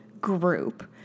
group